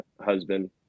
husband